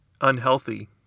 unhealthy